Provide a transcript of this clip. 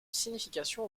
signification